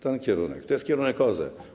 Ten kierunek to jest kierunek OZE.